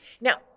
now